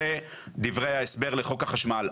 זה דברי ההסבר לחוק החשמל.